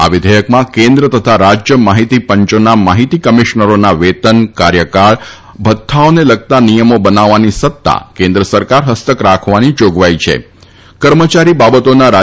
આ વિઘેથકમાં કેન્દ્ર તથા રાજ્ય માહિતી પંચોના માહિતી કમિશરોના વેતન કાર્યકાળ ભથ્થાઓને લગતા નિયમો બનાવવાની સત્તા કેન્દ્ર સરકાર હસ્તક રખવાની જાગવાઇ છેકર્મયારી બાબતોના ર